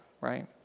right